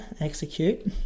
Execute